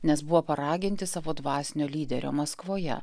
nes buvo paraginti savo dvasinio lyderio maskvoje